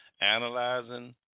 analyzing